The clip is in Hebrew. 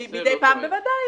בוודאי.